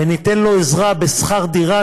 וניתן לו עזרה בשכר דירה,